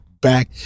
back